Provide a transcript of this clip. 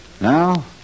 Now